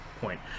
point